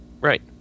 Right